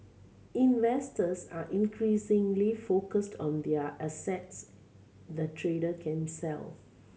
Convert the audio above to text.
investors are increasingly focused on their assets the trader can sell